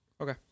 Okay